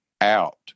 out